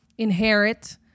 inherit